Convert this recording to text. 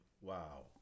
Wow